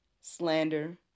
slander